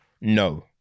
no